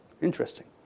Interesting